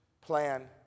plan